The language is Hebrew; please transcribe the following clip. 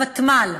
הוותמ"ל,